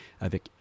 avec